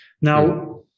now